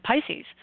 pisces